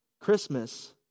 Christmas